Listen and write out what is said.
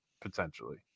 potentially